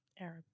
Arab